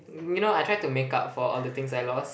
um you know I try to make up for all the things I lost